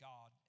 God